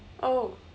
oh